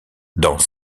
dans